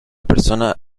persona